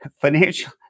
financial